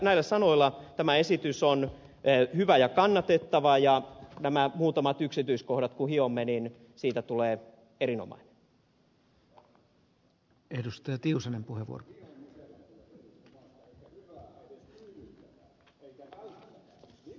näillä sanoilla tämä esitys on hyvä ja kannatettava ja kun nämä muutamat yksityiskohdat hiomme siitä tulee erinomainen